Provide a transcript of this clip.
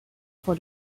for